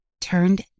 Turned